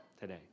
today